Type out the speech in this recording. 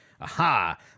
aha